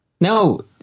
No